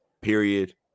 period